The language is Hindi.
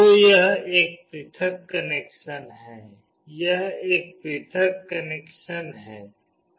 तो यह एक पृथक कनेक्शन है यह एक पृथक कनेक्शन है